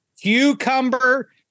Cucumber